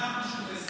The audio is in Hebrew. אנחנו שטופי שנאה.